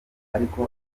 ariko